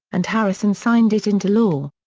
and harrison signed it into law.